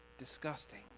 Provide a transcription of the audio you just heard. Disgusting